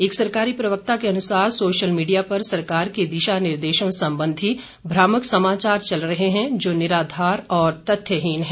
एक सरकारी प्रवक्ता के अनुसार सोशल मीडिया पर सरकार के दिशा निर्देशों संबंधी भ्रामक समाचार चल रहे हैं जो निराधार और तथ्यहीन हैं